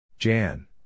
Jan